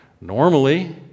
normally